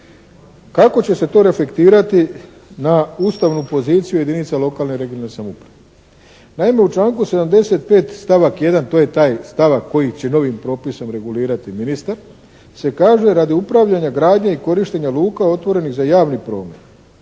Kako će se to reflektirati na ustavnu poziciju jedinica lokalne i regionalne samouprave. Naime, u članku 75. stavak 1. to je taj stavak koji će novim propisom regulirati ministar se kaže: “Radi upravljanja, gradnje i korištenja luka otvorenih za javni promet